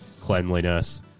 cleanliness